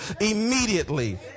immediately